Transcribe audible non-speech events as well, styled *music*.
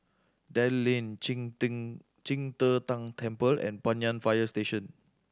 Dell Lane Qing *unintelligible* Qing De Tang Temple and Banyan Fire Station